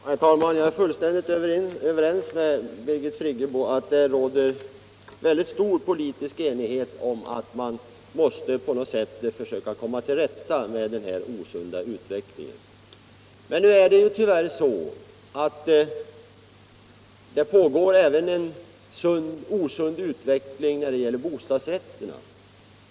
Herr talman! Jag är fullständigt överens med Birgit Friggebo om att det råder stor politisk enighet om att man måste hitta något sätt för att komma till rätta med denna osunda utveckling. Det är tyvärr så, att det även pågår en osund utveckling när det gäller bostadsrätterna.